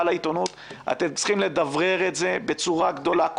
לעיתונות אתם צריכים לדברר את זה בצורה גדולה,